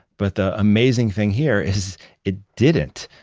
but the amazing thing here is it didn't.